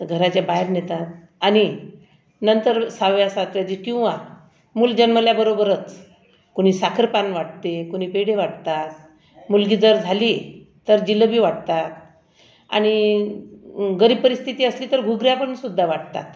तर घराच्या बाहेर नेतात आणि नंतर सहाव्या सातव्या दिवशी किंवा मूल जन्मल्याबरोबरच कुणी साखर पान वाटते कुणी पेढे वाटतात मुलगी जर झाली तर जिलेबी वाटतात आणि गरीब परिस्थिती असली तर घुगऱ्या पण सुद्धा वाटतात